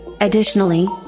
Additionally